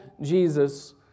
Jesus